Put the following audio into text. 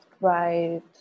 right